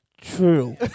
True